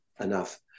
enough